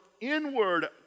inward